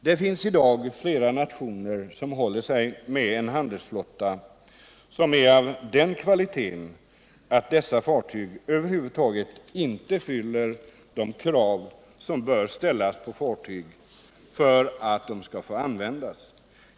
Det finns i dag flera nationer som håller sig med en handelsflotta som är av den kvaliteten att dessa fartyg över huvud taget inte fyller de krav som bör ställas på fartyg för att de skall få användas.